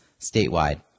statewide